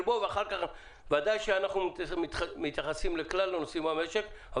בו ואחר כך אנחנו מתייחסים לכלל הנושאים במשק,